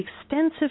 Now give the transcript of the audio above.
extensive